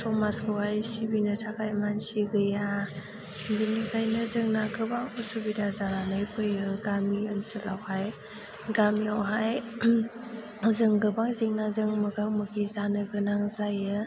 समाजखौहाय सिबिनो थाखाय मानसि गैया बेनिखायनो जोंना गोबां असुबिदा जानानै फैयो गामि ओनसोलावहाय गामियावहाय जों गोबां जेंनाजों मोगा मोगि जानो गोनां जायो